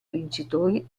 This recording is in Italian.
vincitori